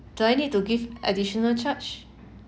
do I need to give additional charge